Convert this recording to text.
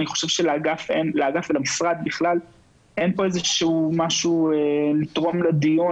אני חושב שלאגף ולמשרד בכלל אין פה משהו לתרום לדיון.